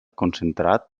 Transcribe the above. concentrat